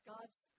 God's